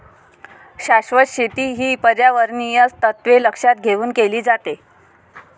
शाश्वत शेती ही पर्यावरणीय तत्त्वे लक्षात घेऊन केली जाते